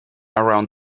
around